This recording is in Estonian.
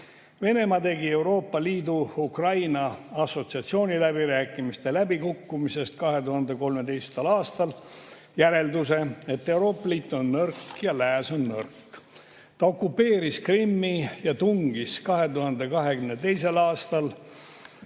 Venemaa tegi Euroopa Liidu Ukraina assotsiatsiooni läbirääkimiste läbikukkumisest 2013. aastal järelduse, et Euroopa Liit on nõrk ja Lääs on nõrk. Ta okupeeris Krimmi ja tungis 2022. aastal